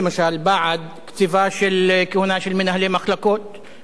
בעד קציבה של כהונה של מנהלי מחלקות בבתי-חולים,